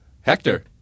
Hector